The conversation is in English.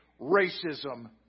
racism